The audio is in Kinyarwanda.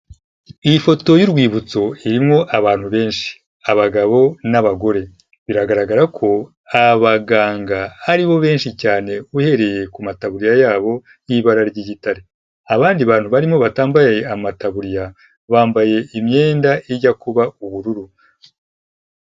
Iyi foto y'urwibutso irimo abantu benshi. Abagabo n'abagore. Biragaragara ko abaganga aribo benshi cyane uhereye ku mataburiya yabo y'ibara ry'igitare. Abandi bantu barimo batambaye amataburiya bambaye imyenda ijya kuba ubururu.